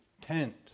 tent